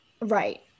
Right